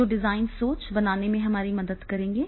जो डिजाइन सोच बनाने में हमारी मदद करेंगे